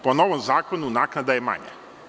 Po novom zakonu, naknada je manja.